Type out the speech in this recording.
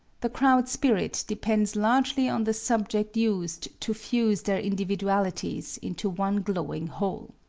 the crowd-spirit depends largely on the subject used to fuse their individualities into one glowing whole.